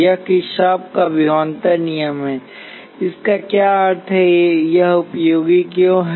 यह किरचॉफ काविभवांतर नियम है इसका क्या अर्थ है कि यह उपयोगी क्यों है